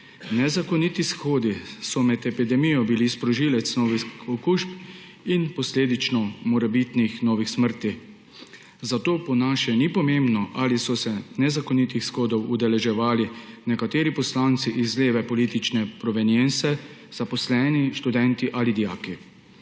Nezakoniti shodi so bili med epidemijo sprožilec novih okužb in posledično morebitnih novih smrti, zato po našem ni pomembno, ali so se nezakonitih shodov udeleževali nekateri poslanci iz leve politične provenience, zaposleni, študenti ali dijaki.